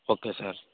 okay sir